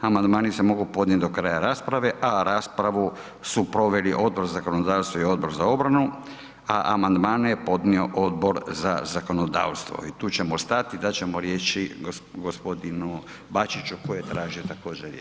Amandmani se mogu podnijeti do kraja rasprave, a raspravu su proveli Odbor za zakonodavstvo i Odbor za obranu, a amandmane je podnio Odbor za zakonodavstvo i tu ćemo stati i dat ćemo riječi gospodinu Bačiću koji je tražio također riječ.